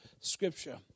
scripture